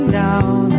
down